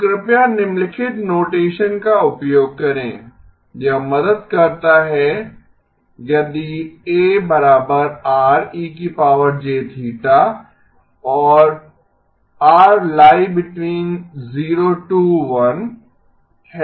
तो कृपया निम्नलिखित नोटेसन का उपयोग करें यह मदद करता है यदि a Rejθ और 0 ≤ R 1 है